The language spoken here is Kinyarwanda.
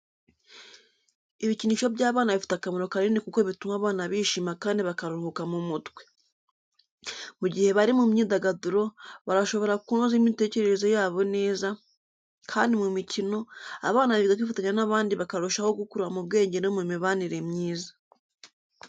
Ibikinisho by'abana bifite akamaro kanini kuko bituma abana bishima kandi bakaruhuka mu mutwe. Mu gihe bari mu myidagaduro, barashobora kunoza imitekerereze yabo neza. Kandi mu mikino, abana biga kwifatanya n’abandi, bakarushaho gukura mu bwenge no mu mibanire myiza.